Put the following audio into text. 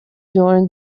during